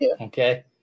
Okay